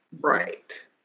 right